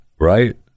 right